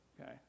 okay